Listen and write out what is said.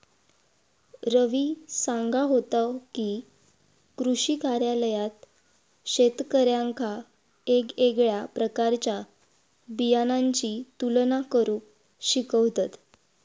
रवी सांगा होतो की, कृषी कार्यालयात शेतकऱ्यांका येगयेगळ्या प्रकारच्या बियाणांची तुलना करुक शिकवतत